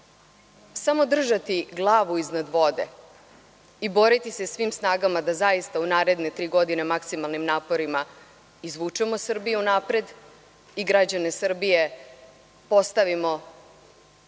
samo držati glavu iznad vode i boriti se svim snagama da zaista u naredne tri godine maksimalnim naporima izvučemo Srbiju napred i građane Srbije postavimo